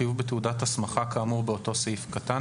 החיוב בתעודת הסמכה כאמור באותו סעיף קטן